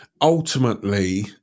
ultimately